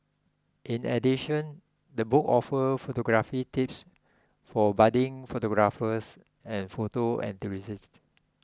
in addition the book offers photography tips for budding photographers and photo enthusiasts